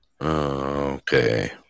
Okay